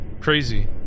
crazy